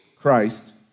Christ